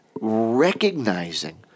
recognizing